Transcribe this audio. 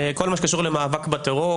כל מה שקשור למאבק בטרור,